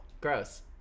Gross